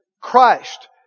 Christ